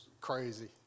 crazy